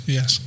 Yes